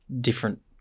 different